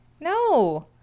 No